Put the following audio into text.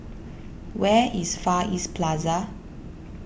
where is Far East Plaza